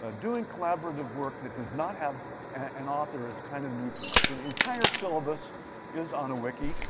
ah doing collaborative work that does not have an author is kind of new to them. so the entire syllabus is on a wiki.